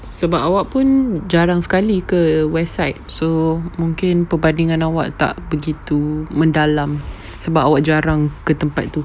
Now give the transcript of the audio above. sebab awak pun jarang sekali ke west side so mungkin perbandingan awak tak begitu mendalam sebab awak jarang ke tempat tu